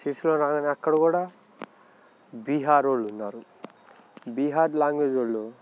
శ్రీశైలం రాంగానే అక్కడ కూడా బీహారోళ్ళు ఉన్నారు బీహార్ లాంగ్వేజోళ్ళు